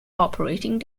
operating